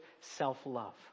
self-love